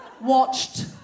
watched